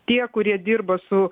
tie kurie dirba su